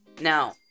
Now